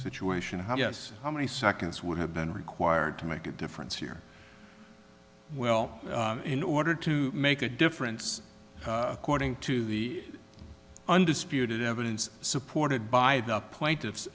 situation how yes how many seconds would have been required to make a difference here well in order to make a difference quoting to the undisputed evidence supported by the plaintiff